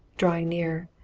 drawing nearer.